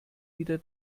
wieder